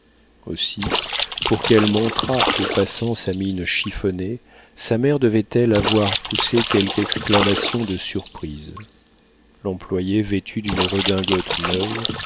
aussi pour qu'elle montrât aux passants sa mine chiffonnée sa mère devait-elle avoir poussé quelque exclamation de surprise l'employé vêtu d'une redingote neuve